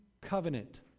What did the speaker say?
covenant